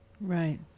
Right